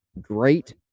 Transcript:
great